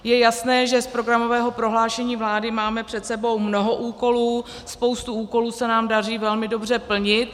Je jasné, že z programového prohlášení vlády máme před sebou mnoho úkolů, spoustu úkolů se nám daří velmi dobře plnit.